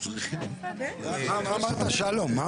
שלום, מה אמרת?